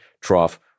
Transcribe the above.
trough